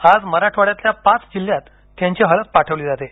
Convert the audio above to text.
आज मराठवाडय़ातील पाच जिल्ह्यात त्यांची हळद पाठवली जाते